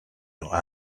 your